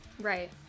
Right